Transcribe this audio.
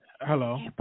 Hello